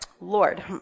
Lord